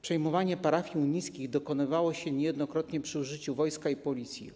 Przejmowanie parafii unickich dokonywało się niejednokrotnie przy użyciu wojska i policji.